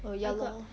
oh ya lor